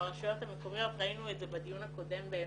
ברשויות המקומיות, ראינו את זה בדיון הקודם עם